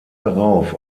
darauf